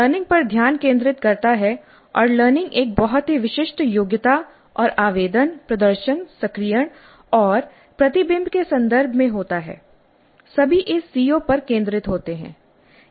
learning पर ध्यान केंद्रित करता है और लर्निंग एक बहुत ही विशिष्ट योग्यता और आवेदन प्रदर्शन सक्रियण और प्रतिबिंब के संदर्भ में होता है सभी इस सीओ पर केंद्रित होते हैं